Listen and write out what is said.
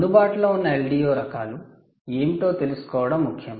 అందుబాటులో ఉన్న LDO రకాలు ఏమిటో తెలుసుకోవడం ముఖ్యం